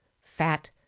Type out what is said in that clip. fat